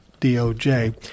DOJ